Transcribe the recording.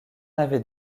avait